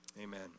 Amen